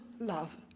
love